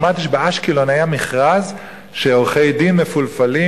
שמעתי שבאשקלון היה מכרז שעורכי-דין מפולפלים